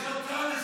זאת הצעה לסדר-היום,